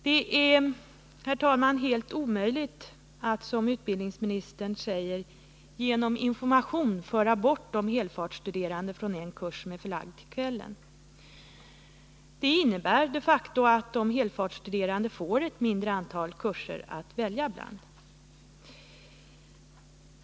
Det är helt omöjligt att, som utbildningsministern säger, genom information ”föra bort” de helfartsstuderande från en kurs som är förlagd till kvällen. Det skulle de facto innebära att de helfartsstuderande fick ett mindre urval av kurser att välja bland.